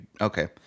Okay